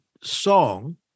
song